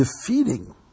defeating